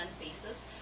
basis